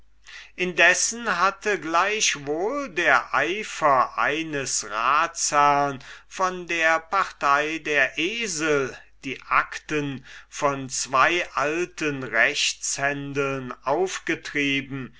indessen hatte gleichwohl der eifer eines ratsherrn von der partei der esel die acten von zween alten rechtshändeln aufgetrieben